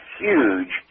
huge